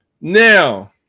now